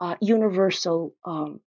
universal